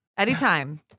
Anytime